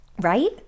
Right